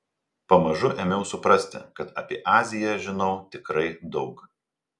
pamažu ėmiau suprasti kad apie aziją žinau tikrai daug